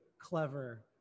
clever